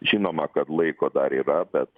žinoma kad laiko dar yra bet